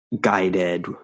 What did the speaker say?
guided